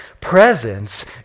presence